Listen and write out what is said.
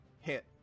hit